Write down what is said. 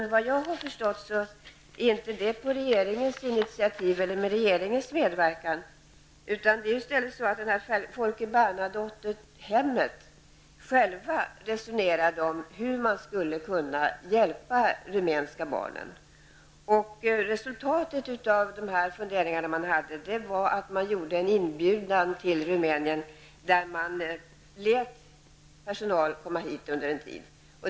Såvitt jag har förstått är det dock inte på regeringens initiativ eller med regeringens medverkan, utan det är på Folke Bernadottehemmet som man själv har resonerat om hur man skulle kunna hjälpa de rumänska barnen. Resultatet av dessa funderingar blev en inbjudan till Rumänien att låta personal komma hit under en tid.